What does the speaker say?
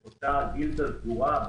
את אותה גילדה סגורה,